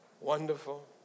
wonderful